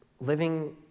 living